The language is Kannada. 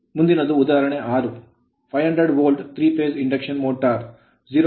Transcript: ಮುಂದಿನದು ಉದಾಹರಣೆ 6 500 volt volt 3 phase phase Induction motor induction motor 0